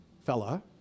fella